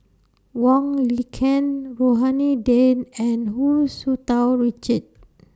Wong Lin Ken Rohani Din and Hu Tsu Tau Richard